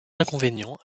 inconvénients